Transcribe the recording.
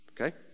Okay